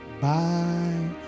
bye